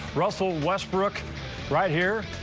russell westbrook right here,